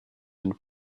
and